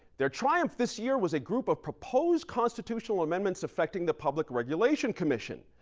their triumph this year was a group of proposed constitutional amendments effecting the public regulation commission.